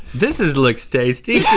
this is looks tasty.